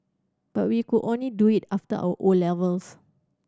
but we could only do it after our O levels